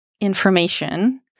information